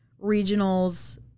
regionals